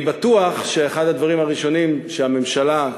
אני בטוח שאחד הדברים הראשונים שהממשלה,